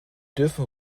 dürfen